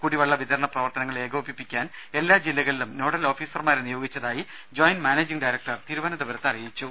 കുടിവെള്ള വിതരണ പ്രവർത്തനങ്ങൾ ഏകോപിപ്പിക്കാൻ എല്ലാ ജില്ലകളിലും നോഡൽ ഓഫീസർമാരെ നിയോഗിച്ചതായി ജോയിന്റ് മാനേജിങ് ഡയറക്ടർ തിരുവനന്തപുരത്ത് അറിയിച്ചു